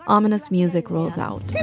ominous music rolls out